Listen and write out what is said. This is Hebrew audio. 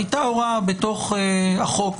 היתה הוראה בתוך החוק,